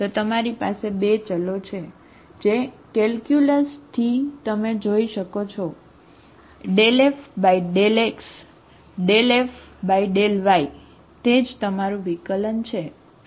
તો તમારી પાસે 2 ચલો છે જે કેલ્ક્યુલસ થી તમે જોઈ શકો છો કે ∂F∂x ∂F∂y તે જ તમારું વિકલન છે બરાબર